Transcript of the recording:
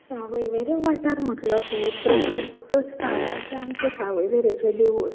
सावयवेरें वाठार म्हणलो की प्रसिध्द स्थान अशें आमचें सावयवेरेचें देवूळ